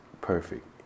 perfect